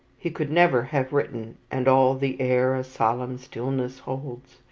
he could never have written and all the air a solemn stillness holds,